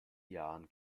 jahren